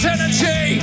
Energy